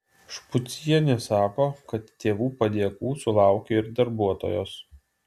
špucienė sako kad tėvų padėkų sulaukia ir darbuotojos